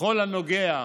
בכל הנוגע,